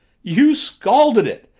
you scalded it!